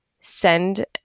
send